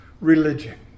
religion